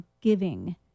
giving